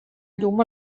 llum